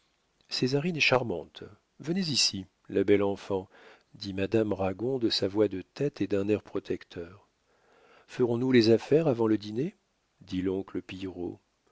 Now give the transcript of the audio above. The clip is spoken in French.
césarine est charmante venez ici la belle enfant dit madame ragon de sa voix de tête et d'un air protecteur ferons-nous les affaires avant le dîner dit l'oncle